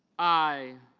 i.